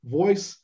voice